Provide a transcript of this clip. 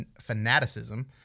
fanaticism